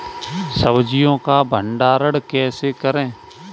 सब्जियों का भंडारण कैसे करें?